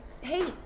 Hey